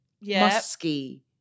musky